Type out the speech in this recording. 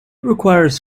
requires